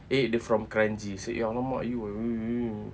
eh they from kranji I say !alamak! you